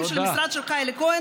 הצבעה.